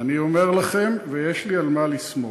אני אומר לכם, ויש לי על מה לסמוך,